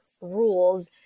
rules